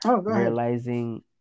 realizing